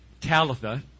Talitha